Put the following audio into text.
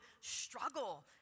struggle